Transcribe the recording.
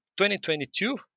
2022